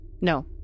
No